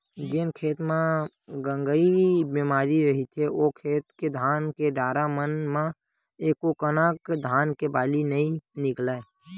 जेन खेत मन म गंगई बेमारी रहिथे ओ खेत के धान के डारा मन म एकोकनक धान के बाली नइ निकलय